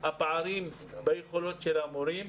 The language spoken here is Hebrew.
הפערים ביכולות של המורים.